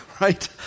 Right